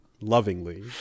lovingly